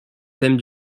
thème